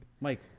Mike